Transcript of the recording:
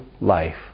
life